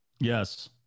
Yes